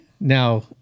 Now